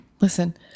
Listen